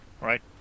Right